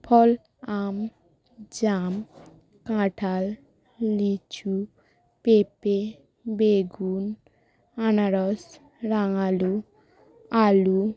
ফল আম জাম কাঁঠাল লিচু পেঁপে বেগুন আনারস রাঙাআলু আলু